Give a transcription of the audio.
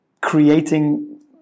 creating